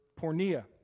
pornea